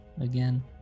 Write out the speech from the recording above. again